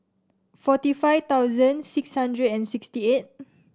forty five thousand six hundred and sixty eight